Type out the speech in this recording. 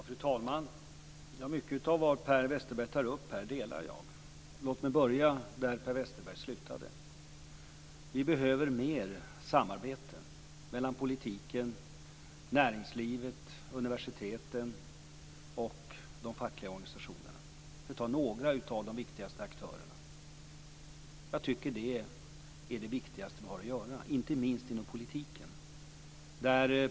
Fru talman! Jag instämmer i mycket av det som Per Westerberg här tar upp. Låt mig börja där Per Vi behöver mer samarbete mellan politiken, näringslivet, universiteten och de fackliga organisationerna - för att ta några av de viktigaste aktörerna. Det är det viktigaste som vi har att göra, inte minst inom politiken.